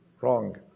Wrong